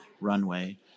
runway